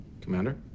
Commander